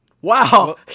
Wow